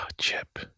Chip